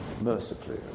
Mercifully